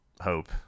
hope